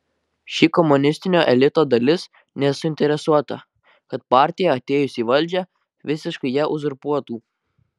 ši komunistinio elito dalis nesuinteresuota kad partija atėjusi į valdžią visiškai ją uzurpuotų